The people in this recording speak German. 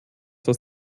das